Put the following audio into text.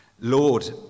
Lord